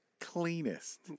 Cleanest